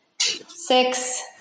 six